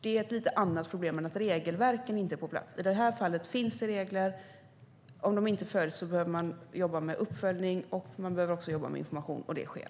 Det är ett lite annat problem än att regelverken inte är på plats. I det här fallet finns det regler. Om de inte följs behöver man jobba med uppföljning och information, och det sker.